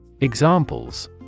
Examples